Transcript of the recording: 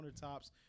countertops